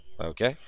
Okay